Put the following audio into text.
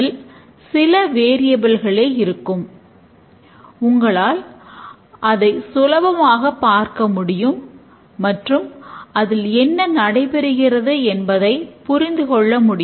மற்றும் இவை சில செயல்பாடுகளைக் குறிக்கின்றன